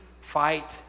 fight